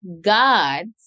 gods